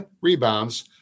rebounds